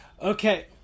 okay